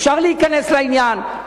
אפשר להיכנס לעניין,